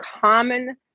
common